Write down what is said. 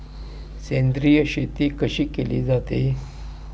सेंद्रिय शेती कशी केली जाते?